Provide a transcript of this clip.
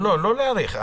לא להאריך,